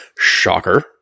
shocker